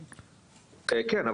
כן,